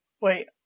wait